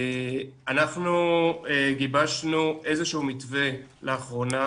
אנחנו גיבשנו איזשהו מתווה לאחרונה